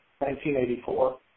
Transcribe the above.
1984